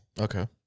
Okay